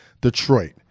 Detroit